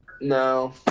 No